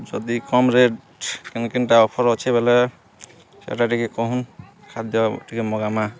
ଯଦି କମ୍ ରେଟ୍ କେନ୍ କେନ୍ଟା ଅଫର୍ ଅଛେ ବେଲେ ସେଟା ଟିକେ କହୁନ୍ ଖାଦ୍ୟ ଟିକେ ମଗାମା